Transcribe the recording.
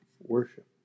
worship